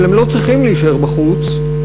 אבל הם לא צריכים להישאר בחוץ,